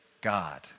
God